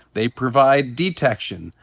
they provide detection,